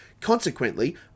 Consequently